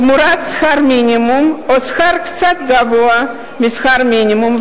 תמורת שכר מינימום או שכר קצת גבוה משכר מינימום,